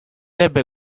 ebbe